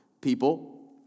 people